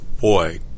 boy